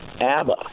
ABBA